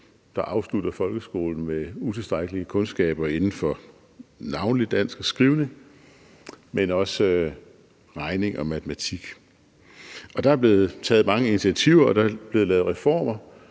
der afslutter folkeskolen med utilstrækkelige kundskaber inden for navnlig dansk og skrivning, men også regning og matematik, og der er blevet taget mange initiativer, og der er blevet lavet reformer,